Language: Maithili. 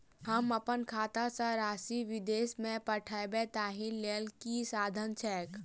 हम अप्पन खाता सँ राशि विदेश मे पठवै ताहि लेल की साधन छैक?